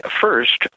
first